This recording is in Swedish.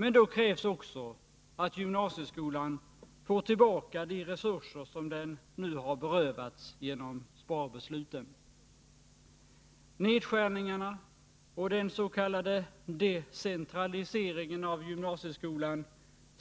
Men då krävs också att gymnasieskolan återfår de resurser som den nu har berövats genom sparbesluten. Nedskärningarna och den s.k. decentraliseringen av gymnasieskolan